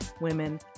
women